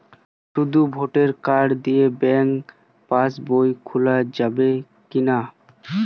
শুধু voter card দিয়ে bank pass বই খোলা যাবে কিনা?